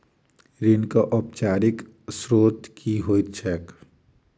ऋणक औपचारिक स्त्रोत की होइत छैक?